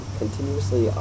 continuously